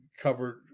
covered